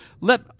let